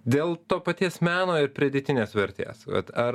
dėl to paties meno ir pridėtinės vertės vat ar